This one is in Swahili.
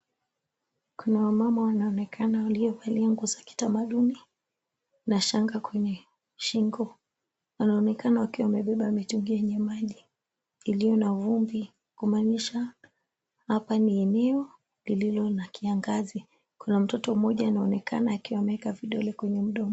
Kuna waama wanaonekana waliovalia nguo za kitamaduni na shanga kwenye shingo. Wanaonekana wakiwa wamebeba mitungi yenye maji, iliyona vumbi kumaanisha hapa ni eneo lililo na kiangazi. Kuna mtoto mmoja anaonekana akiwa ameweka vidole kwenye mdomo.